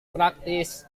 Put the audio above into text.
praktis